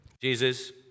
Jesus